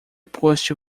post